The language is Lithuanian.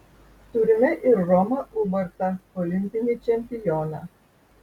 turime ir romą ubartą olimpinį čempioną